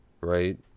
right